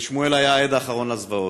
ושמואל היה העד האחרון לזוועות.